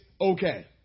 okay